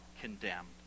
condemned